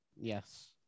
Yes